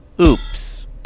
Oops